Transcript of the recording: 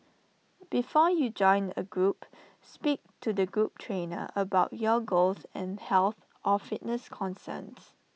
before you join A group speak to the group trainer about your goals and health or fitness concerns